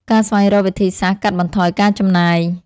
ការស្វែងរកវិធីសាស្រ្តកាត់បន្ថយការចំណាយ។